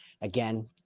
Again